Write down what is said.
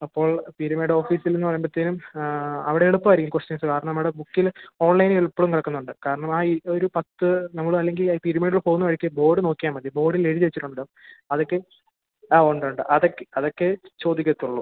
അപ്പോൾ പീര്മേടോഫീസിൽ നിന്ന് പറയുമ്പോഴ്ത്തേനും അവിടെ എളുപ്പമായിരിക്കും ക്വസ്റ്റ്യൻസ് കാരണം നമ്മുടെ ബുക്കിൽ ഓൺലൈനെൽ എപ്പോഴും നടക്കുന്നുണ്ട് കാരണം ഒരു ആ ഈ ഒരു പത്ത് നമ്മൾ അല്ലെങ്കിൽ അയ് പീരുമേട് പോകുന്ന വഴിക്ക് ബോഡ് നോക്കിയാൽ മതി ബോഡിൽ എഴുതി വെച്ചിട്ടുണ്ട് അതൊക്കെ ആ ഉണ്ടുണ്ട് അതൊക്കെ അതൊക്കെ ചോദിക്കത്തുള്ളൂ